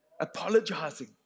Apologizing